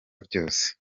byose